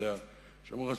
שאומרים לך,